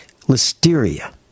Listeria